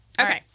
Okay